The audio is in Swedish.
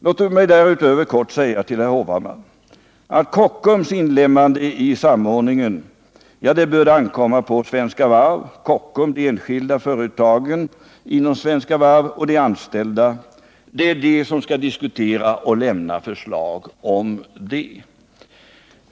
Låt mig därutöver helt kort säga till herr Hovhammar att Kockums inlemmande i samordningen bör ankomma på Svenska Varv, Kockums, de enskilda företagen inom Svenska Varv och de anställda. Det är de som skall diskutera och lämna förslag.